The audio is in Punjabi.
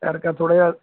ਅਤੇ ਅਰਕਾ ਥੋੜ੍ਹਾ ਜਿਹਾ